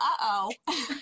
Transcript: uh-oh